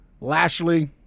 Lashley